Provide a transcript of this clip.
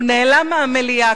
הוא נעלם מהמליאה.